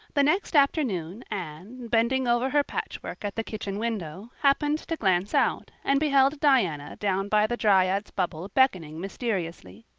the next afternoon anne, bending over her patchwork at the kitchen window, happened to glance out and beheld diana down by the dryad's bubble beckoning mysteriously.